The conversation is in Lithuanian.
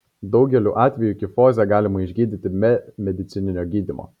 daugeliu atvejų kifozę galima išgydyti be medicininio gydymo